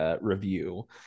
review